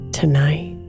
tonight